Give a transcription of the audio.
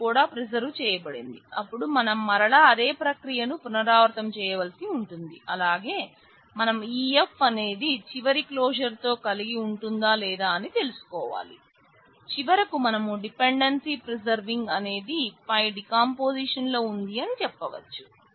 అది కూడా ప్రిసర్వ్ లో ఉంది అని చెప్పవచ్చు